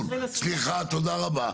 סליחה תודה רבה,